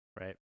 Right